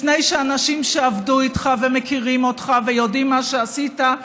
לפני שאנשים שעבדו איתך ומכירים אותך ויודעים מה שעשית,